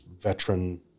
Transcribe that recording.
veteran